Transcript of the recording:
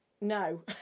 No